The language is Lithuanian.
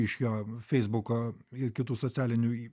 iš jo feisbuko ir kitų socialinių